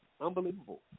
Unbelievable